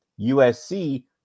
USC